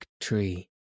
tree